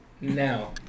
now